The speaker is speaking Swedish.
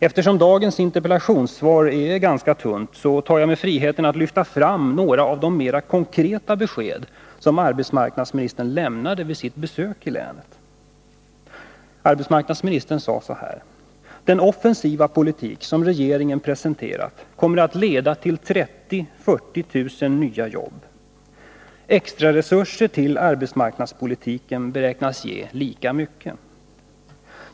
Eftersom dagens interpellationssvar är ganska tunt, tar jag mig friheten att lyfta fram några av de mera konkreta besked som arbetsmarknadsministern lämnade vid sitt besök i länet. Arbetsmarknadsministern sade: Den offensiva politik som regeringen presenterat kommer att leda till 30 000-40 000 nya jobb. Extraresurser till arbetsmarknadspolitiken beräknas ge lika mycket.